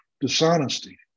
dishonesty